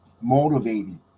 motivated